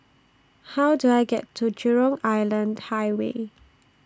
How Do I get to Jurong Island Highway